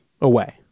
away